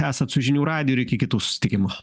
esat su žinių radijo ir iki kitų susitikimų